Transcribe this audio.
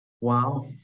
Wow